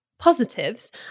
positives